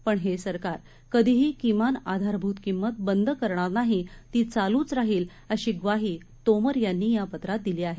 पण हे सरकार कधीही किमान आधारभूत किंमत बंद करणार नाही ती चालूच राहिल अशी ग्वाही तोमर यांनी या पत्रात दिली आहे